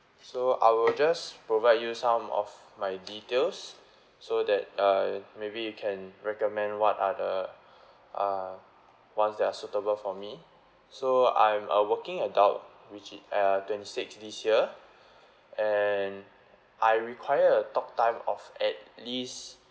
so I will just provide you some of my details so that uh maybe you can recommend what are the uh what's their suitable for me so I'm a working adult which uh twenty six this year and I require a talk time of at least